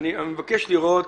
קודם לראות